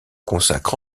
consacre